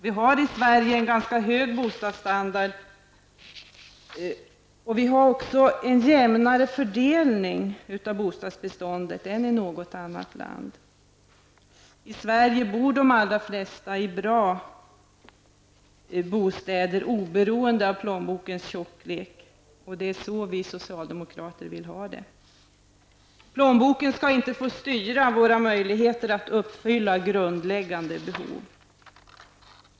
Vi har i Sverige en ganska hög bostadsstandard, och vi har också en jämnare fördelning av bostadsbeståndet än i något annat land. I Sverige bor de allra flesta i bra bostäder oberoende av plånbokens tjocklek, och det är så vi socialdemokrater vill ha det. Plånboken skall inte få styra våra möjligheter att uppfylla grundläggande behov.